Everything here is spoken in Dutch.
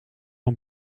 een